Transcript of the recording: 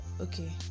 okay